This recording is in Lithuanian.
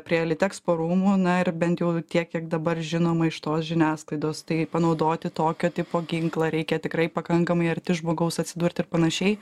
prie litexpo rūmų na ir bent jau tiek kiek dabar žinoma iš tos žiniasklaidos tai panaudoti tokio tipo ginklą reikia tikrai pakankamai arti žmogaus atsidurt ir panašiai